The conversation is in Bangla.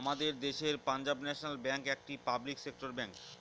আমাদের দেশের পাঞ্জাব ন্যাশনাল ব্যাঙ্ক একটি পাবলিক সেক্টর ব্যাঙ্ক